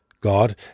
God